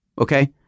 Okay